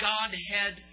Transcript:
Godhead